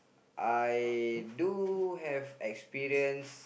I do have experience